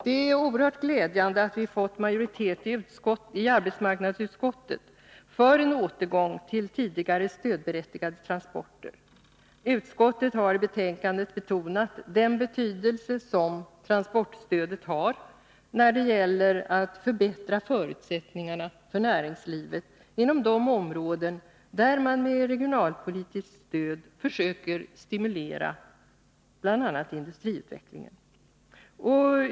Det är oerhört glädjande att vi har fått majoritet i arbetsmarknadsutskottet för en återgång till tidigare stödberättigade transporter. Utskottet har i betänkandet betonat den betydelse som transportstödet har när det gäller att förbättra förutsättningarna för näringslivet inom de områden där man med regionalpolitiskt stöd försöker stimulera bl.a. industriutvecklingen.